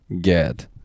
Get